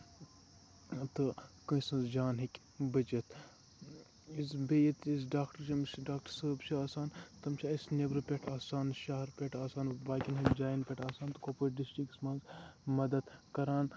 تہٕ کٲنٛسہِ ہٕنٛز جان ہیٚکہِ بٔچِتھ یُس بیٚیہِ کٲنٛسہِ ڈاکٹرس ڈاکٹر صٲب چھُ آسان تِم چھِ اَسہِ نیٚبرٕ پیٚٹھ آسان شہرٕ پیٚٹھ آسان باقین جاین پیٚٹھ آسان کۄپوٲرۍ ڈِسٹرکَس منٛز مدتھ کران